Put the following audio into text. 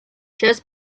just